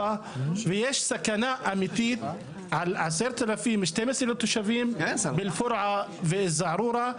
ויש סכנה אמיתית על 10,000 או 12,000 תושבים באל-פורעה וזערורה,